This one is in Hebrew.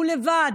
הוא לבד,